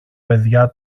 παιδιά